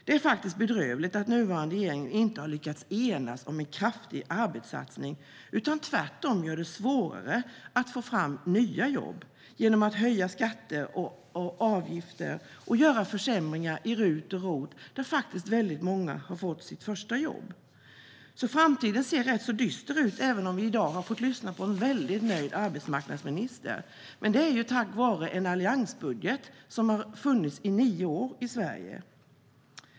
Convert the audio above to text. Det är faktiskt bedrövligt att nuvarande regering inte har lyckats enas om en kraftig arbetssatsning utan tvärtom gör det svårare att få fram nya jobb genom att höja skatter och avgifter samt göra försämringar i RUT och ROT, där väldigt många faktiskt fått sitt första jobb. Framtiden ser alltså rätt dyster ut, även om vi i dag har fått lyssna på en väldigt nöjd arbetsmarknadsminister. Det är ju tack vare en alliansbudget som har funnits i nio år i Sverige.